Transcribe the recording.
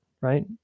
right